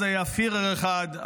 אז היה פיהרר אחד,